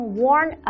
warn